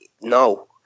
No